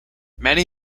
many